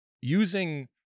Using